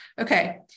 Okay